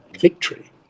victory